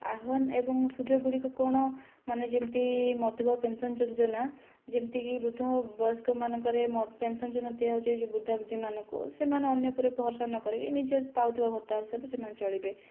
ଆହ୍ୱାନ ଏବଂ ସୁଯୋଗ ଗୁଡ଼ିକ କ'ଣ ମାନେ ଯେମିତି ମଧୁବାବୁ ପେନସନ ଯୋଜନା ଯେମିତିକି ବୃଦ୍ଧବୟସ୍କ ମାନଙ୍କରେ ପେନସନ ଯୋଜନା ଦିଆଯାଏ ଯେଉଁ ବୃଦ୍ଧାବୃଦ୍ଧି ମାନଙ୍କୁ ସେମାନେ ଅନ୍ୟ ଉପରେ ଭରସା ନକରି ନିଜ ପାଉଥିବା ଭତ୍ତା ହିସାବରେ ସେମାନେ ଚଳିବେ